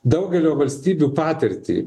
daugelio valstybių patirtį